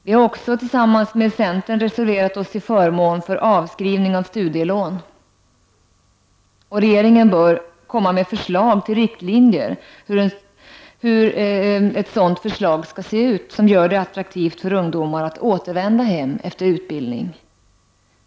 Vi har också tillsammans med centern reserverat oss till förmån för avskrivning av studielån, och regeringen bör komma med förslag till riktlinjer för hur ett förslag skall se ut som gör det attraktivt för ungdomar att återvända hem efter utbildning.